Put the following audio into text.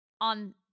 on